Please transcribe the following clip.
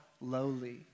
lowly